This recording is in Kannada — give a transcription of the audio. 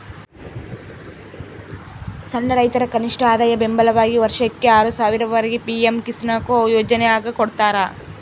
ಸಣ್ಣ ರೈತರ ಕನಿಷ್ಠಆದಾಯ ಬೆಂಬಲವಾಗಿ ವರ್ಷಕ್ಕೆ ಆರು ಸಾವಿರ ವರೆಗೆ ಪಿ ಎಂ ಕಿಸಾನ್ಕೊ ಯೋಜನ್ಯಾಗ ಕೊಡ್ತಾರ